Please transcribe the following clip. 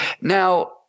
Now